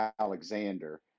Alexander